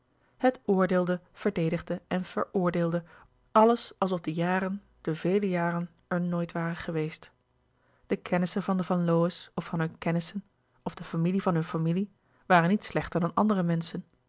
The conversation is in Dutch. het oordeelde verdedigde en veroordeelde alles alsof de jaren de vele jaren er nooit waren geweest de kennissen van de van lowe's of van hunne kennissen of de familie van hunne familie waren niet slechter dan andere menschen